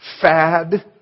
fad